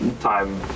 time